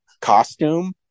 costume